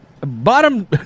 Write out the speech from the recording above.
bottom